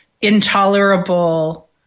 intolerable